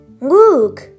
look